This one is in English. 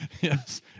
Yes